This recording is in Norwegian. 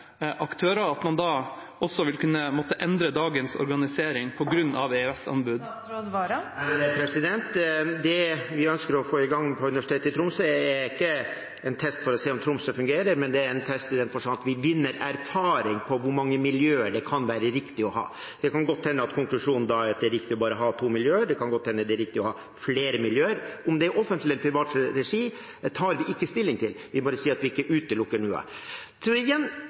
aktører, da også vil kunne måtte endre dagens organisering på grunn av EØS-anbud? Det vi ønsker å få i gang på Universitetet i Tromsø, er ikke en test for å se om Tromsø fungerer, men det er en test i den forstand at vi vinner erfaring på hvor mange miljøer det kan være riktig å ha. Det kan godt hende at konklusjonen da er at det er riktig bare å ha to miljøer, det kan godt hende det er riktig å ha flere miljøer. Om det er offentlig eller privat regi, tar vi ikke stilling til – vi bare sier at vi ikke utelukker noe. Igjen: